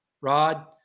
Rod